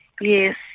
Yes